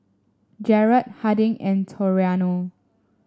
Jarred Harding and Toriano